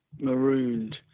marooned